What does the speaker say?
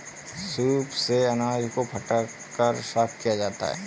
soup से अनाज को फटक कर साफ किया जाता है